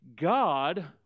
God